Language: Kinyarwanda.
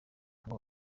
ngo